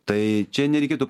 tai čia nereikėtų